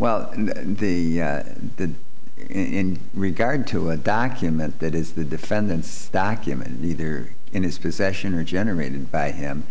and the did in regard to a document that is the defendant's document either in his possession or generated by him